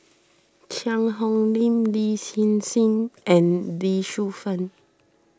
Cheang Hong Lim Lin Hsin Hsin and Lee Shu Fen